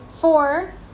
four